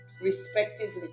respectively